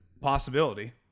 possibility